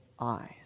eyes